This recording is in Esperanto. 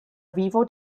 vivo